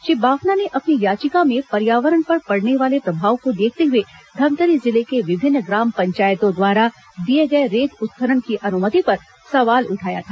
श्री बाफना ने अपनी याचिका में पर्यावरण पर पड़ने वाले प्रभाव को देखते हुए धमतरी जिले के विभिन्न ग्राम पंचायतों द्वारा दिए गए रेत उत्खनन की अनुमति पर सवाल उठाया था